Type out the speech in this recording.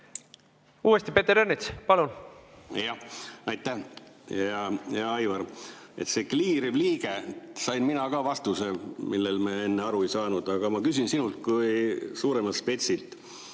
Uuesti Peeter Ernits, palun!